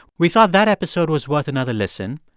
we thought that episode was worth another listen,